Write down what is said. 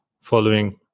following